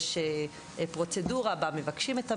יש פרוצדורה שבה מבקשים את המידע.